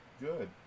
good